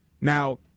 Now